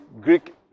Greek